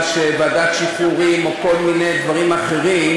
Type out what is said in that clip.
ועדת שחרורים או כל מיני דברים אחרים,